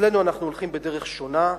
אצלנו אנחנו הולכים בדרך שונה,